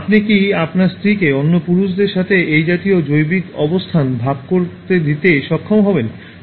আপনি কি আপনার স্ত্রীকে অন্য পুরুষদের সাথে এই জাতীয় জৈবিক অবস্থান ভাগ করতে দিতে সক্ষম হবেন